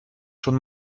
schon